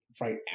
right